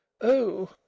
Oh